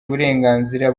uburenganzira